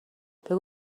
بگو